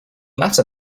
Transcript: matter